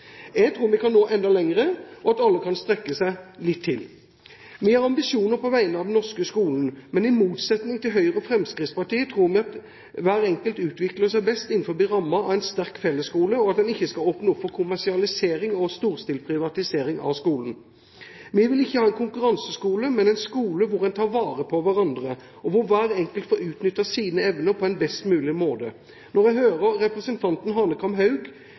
Jeg tror vi kan nå enda lenger, og at alle kan strekke seg litt til. Vi har ambisjoner på vegne av den norske skolen, men i motsetning til Høyre og Fremskrittspartiet tror vi at hver enkelt utvikler seg best innenfor rammen av en sterk fellesskole, og at en ikke skal åpne opp for kommersialisering og storstilt privatisering av skolen. Vi vil ikke ha en konkurranseskole, men en skole hvor en tar vare på hverandre, og hvor hver enkelt får utnyttet sine evner på en best mulig måte. Når jeg hører representanten